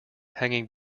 hanging